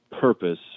purpose